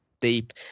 deep